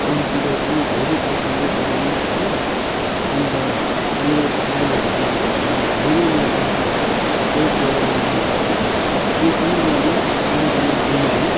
computer पनि धेरै अड्किदै चल्ने हो अन्त मेरो फाइलहरू त्यहाँ मैले मेरो धेरै डाटाहरू सेभ गरेर राखेको थिएँ त्यो पनि मैले अन्तमा गुमाएँ